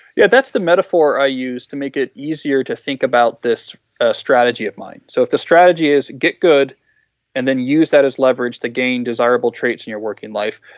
yeah, that's the metaphor i used to make it easier to think about this strategy of mine. so if the strategy is get good and then use that as leverage to gain desirable traits in your working life.